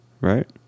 right